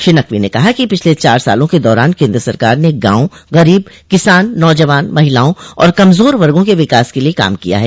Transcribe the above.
श्री नकवी ने कहा कि पिछले चार सालों के दौरान केन्द्र सरकार ने गांव गरीब किसान नौजवान महिलाओं और कमजोर वर्गो के विकास के लिए काम किया है